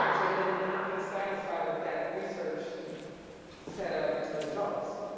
and then not be satisfied with that research set of results,